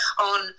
on